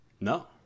No